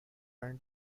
their